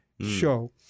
show